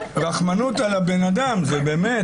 רחמנות על הבן-אדם, באמת